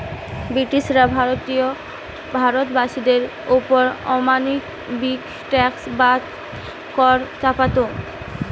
ব্রিটিশরা ভারতবাসীদের ওপর অমানবিক ট্যাক্স বা কর চাপাত